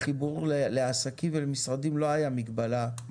החיבור לעסקים ולמשרדים לא היה מגבלה,